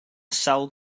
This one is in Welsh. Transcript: sawl